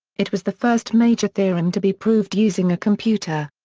it was the first major theorem to be proved using a computer.